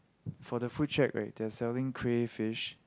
for the food check right that selling crayfish